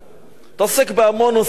אתה עוסק בהמון נושאים.